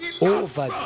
over